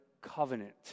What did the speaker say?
covenant